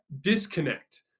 disconnect